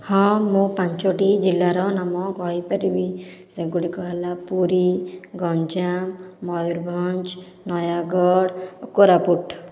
ହଁ ମୁଁ ପାଞ୍ଚୋଟି ଜିଲ୍ଲାର ନାମ କହିପାରିବି ସେଗୁଡ଼ିକ ହେଲା ପୁରୀ ଗଞ୍ଜାମ ମୟୂରଭଞ୍ଜ ନୟାଗଡ଼ କୋରାପୁଟ